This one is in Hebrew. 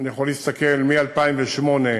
אני יכול להסתכל מ-2008,